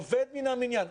עובד מן המניין.